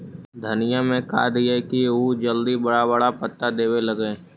धनिया में का दियै कि उ जल्दी बड़ा बड़ा पता देवे लगै?